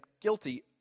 guilty